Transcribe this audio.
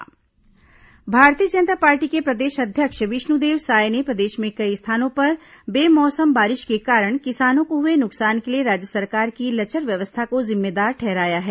साय बयान भारतीय जनता पार्टी के प्रदेश अध्यक्ष विष्णुदेव साय ने प्रदेश में कई स्थानों पर बेमौसम बारिश के कारण किसानों को हुए नुकसान के लिए राज्य सरकार की लचर व्यवस्था को जिम्मेदार ठहराया है